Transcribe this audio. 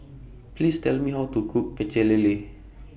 Please Tell Me How to Cook Pecel Lele